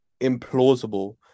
implausible